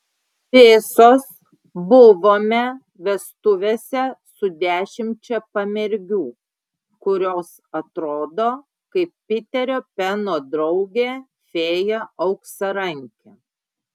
visos buvome vestuvėse su dešimčia pamergių kurios atrodo kaip piterio peno draugė fėja auksarankė